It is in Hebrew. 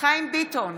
חיים ביטון,